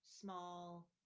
small